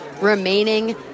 remaining